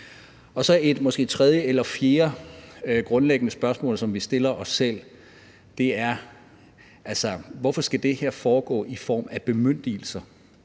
et tredje eller fjerde grundlæggende spørgsmål, som vi stiller os selv: Hvorfor skal det her foregå i form af bemyndigelser?